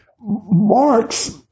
Marx